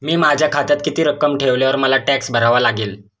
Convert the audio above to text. मी माझ्या खात्यात किती रक्कम ठेवल्यावर मला टॅक्स भरावा लागेल?